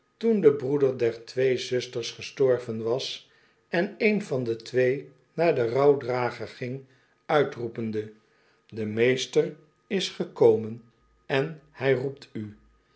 toen de broeder der twee zusters gestorven was en een van de twee naar den rouwdrager ging uitroepende de meester is gekomen en hy roept u